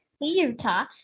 Utah